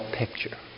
picture